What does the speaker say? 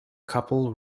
couple